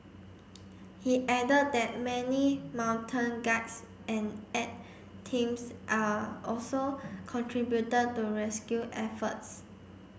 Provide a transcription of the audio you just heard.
he added that many mountain guides and aid teams are also contributed to rescue efforts